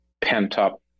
pent-up